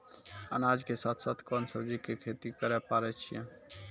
अनाज के साथ साथ कोंन सब्जी के खेती करे पारे छियै?